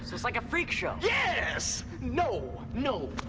it's it's like a freak show! yes! no, no,